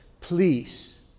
please